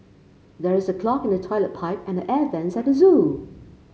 there is a clog in the toilet pipe and the air vents at the zoo